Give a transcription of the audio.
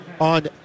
on